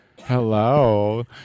Hello